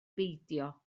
beidio